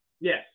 Yes